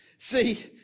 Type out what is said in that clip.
see